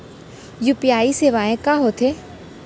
UPI सेवाएं का होथे?